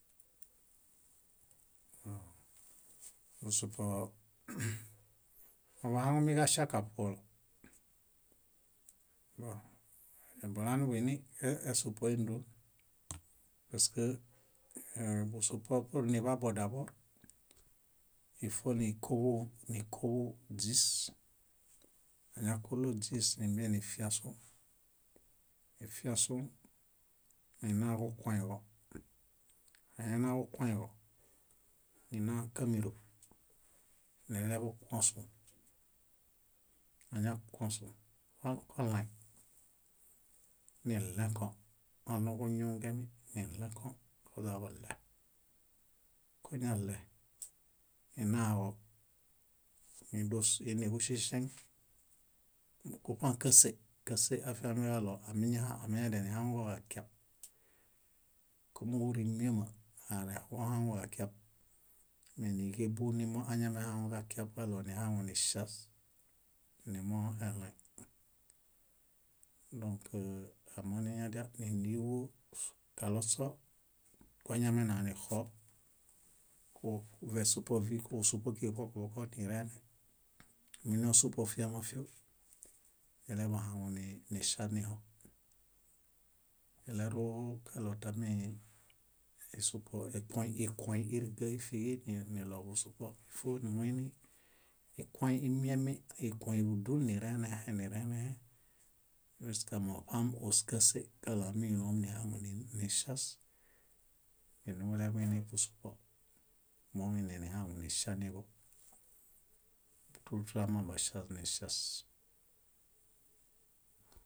Busupoo moḃuhaŋumiġaŝa kaṗolo, bõ bulaniḃiniesupo éndon parsk busupo pur niḃabo, ífonikuḃu źís, añakulo źís nimbenifiasu, nifiasu ainaġukoĩġo, ainaġukoĩġo nina kámiro nileḃukuosũ, añakuosũ, niɭẽko oɭũġuñungemi niɭẽkoġaźaġoɭe, kuñaɭe, ninaġo, nidus iiniḃuŝeŝeŋ, kúṗãkase, káse amiña- amiñadianihaŋuġoġakiab, kóġuurimiama alekohaŋuġakiab méniġebu nimoañamehaŋuġakiab kaɭonihaŋuniŝias nimueɭaĩ. Dõk amoniñadial níliḃu kalośo koañamenanixo ku- vesupo kuġusupo kíġo ṗoko ṗoko nirene numuiniosupo fíamafio neleḃuhaŋuniŝianiho. Iɭeruġaɭo tami isupo ekoĩ ikoĩ íriga ífiġi niɭoḃusupo. Ífo nimuini ikoĩ imiemi, ikoĩ búdun nirenehe, nirenehe ĵuska moṗam káse kaɭo ámilom nihaŋuniŝias numuleḃuinibusupo. Momuinenihaŋuniŝianiḃo, túlu túlu amabaŝias niŝias.